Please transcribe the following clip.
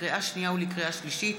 לקריאה שנייה ולקריאה שלישית,